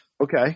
Okay